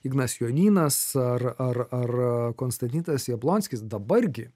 ignas jonynas ar ar ar konstantinas jablonskis dabar gi